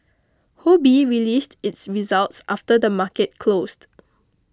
released its results after the market closed